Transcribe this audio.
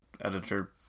editor